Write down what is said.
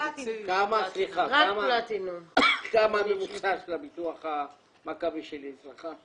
מה הממוצע של ביטוח מכבי שלי אצלך?